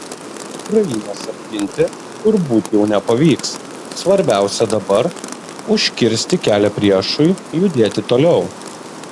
ukrainos apginti turbūt jau nepavyks svarbiausia dabar užkirsti kelią priešui judėti toliau